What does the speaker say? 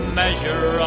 measure